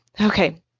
Okay